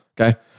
Okay